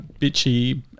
bitchy